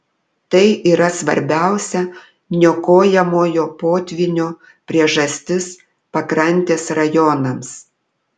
tai yra svarbiausia niokojamojo potvynio priežastis pakrantės rajonams